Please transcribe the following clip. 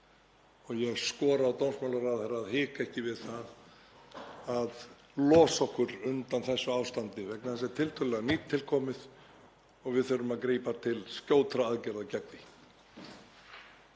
Ég skora á dómsmálaráðherra að hika ekki við að losa okkur undan þessu ástandi vegna þess að það er tiltölulega nýtilkomið og við þurfum að grípa til skjótra aðgerða gegn því.